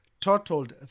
totaled